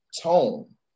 tone